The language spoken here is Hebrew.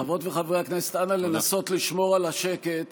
חברות וחברי הכנסת אנא נסו לשמור על השקט